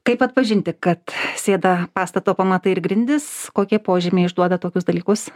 kaip atpažinti kad sėda pastato pamatai ir grindys kokie požymiai išduoda tokius dalykus